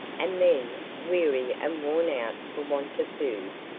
and then, weary and worn out for want of food,